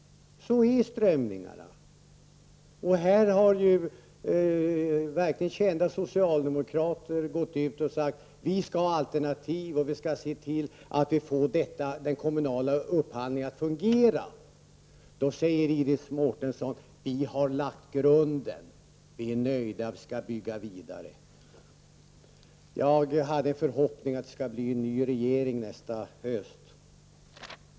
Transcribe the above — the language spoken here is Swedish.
Så är strömningarna. Här har verkligen kända socialdemokrater gått ut och sagt: Vi skall ha alternativ och vi skall se till att få den kommunala upphandlingen att fungera. Då säger Iris Mårtensson: Vi har lagt grunden. Vi är nöjda. Vi skall bygga vidare. Jag hade en förhoppning att det skall bli en ny regering nästa höst.